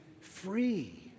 free